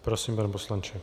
Prosím, pane poslanče.